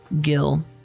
Gil